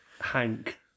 Hank